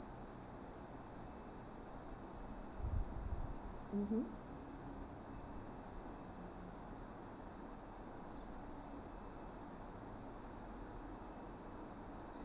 mmhmm